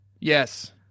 Yes